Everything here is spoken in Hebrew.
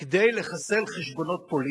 כדי לחסל חשבונות פוליטיים.